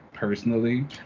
personally